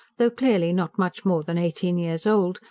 though clearly not much more than eighteen years old,